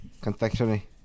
Confectionery